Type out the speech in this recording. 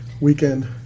weekend